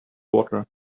water